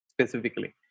Specifically